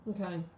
Okay